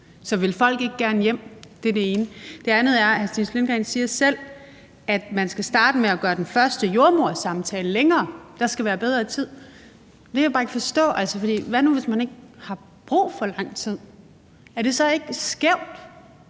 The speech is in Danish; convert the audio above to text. Så vil folk ikke gerne hjem? Det er det ene. Det andet er, at hr. Stinus Lindgreen selv siger, at man skal starte med at gøre den første jordemodersamtale længere. Der skal være bedre tid. Det kan jeg bare ikke forstå. Hvad nu, hvis man ikke har brug for lang tid? Er det så ikke skævt,